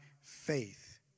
faith